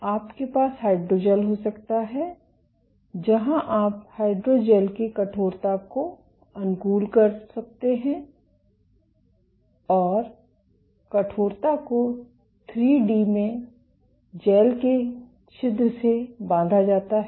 तो आपके पास हाइड्रोजैल हो सकता है जहां आप हाइड्रोजैल की कठोरता को अनुकूल कर सकते हैं और कठोरता को 3 डी में जैल के छिद्र से बांधा जाता है